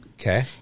okay